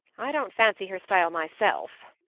i don't fancy her style myself,